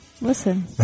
listen